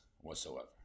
whatsoever